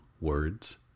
Words